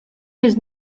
his